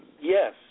yes